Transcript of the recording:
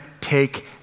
take